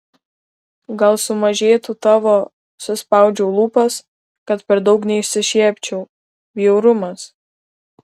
gal sumažėtų tavo suspaudžiu lūpas kad per daug neišsišiepčiau bjaurumas